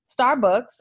Starbucks